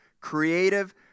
creative